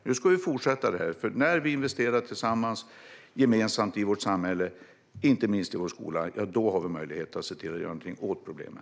Nu ska vi fortsätta med det här, för när vi investerar gemensamt i vårt samhälle, inte minst i vår skola, ja, då har vi möjlighet att göra någonting åt problemen.